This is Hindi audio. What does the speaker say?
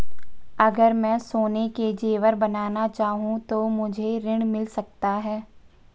अगर मैं सोने के ज़ेवर बनाना चाहूं तो मुझे ऋण मिल सकता है?